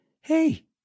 hey